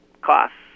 costs